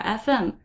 .fm